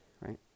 right